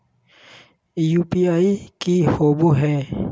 UPI की होवे है?